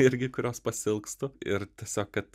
irgi kurios pasiilgstu ir tiesiog kad